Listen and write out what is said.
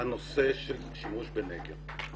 הנושא של שימוש בנגר.